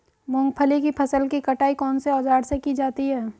मूंग की फसल की कटाई कौनसे औज़ार से की जाती है?